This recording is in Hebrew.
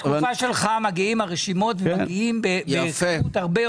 בתקופה שלך הרשימות מגיעות בכמות הרבה יותר גדולה.